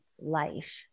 life